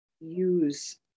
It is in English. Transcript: use